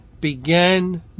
began